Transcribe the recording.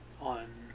on